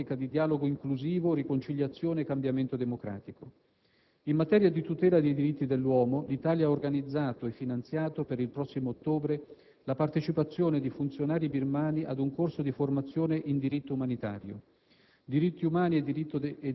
a rivedere la sua posizione in un'ottica di dialogo inclusivo, riconciliazione e cambiamento democratico. In materia di tutela dei diritti dell'uomo, l'Italia ha organizzato e finanziato, per il prossimo ottobre, la partecipazione di funzionari birmani ad un corso di formazione in diritto umanitario,